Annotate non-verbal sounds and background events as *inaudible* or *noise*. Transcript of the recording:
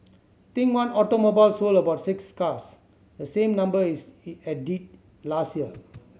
think One Automobile sold about six cars the same number as it *unintelligible* did last year